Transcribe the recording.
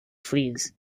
flees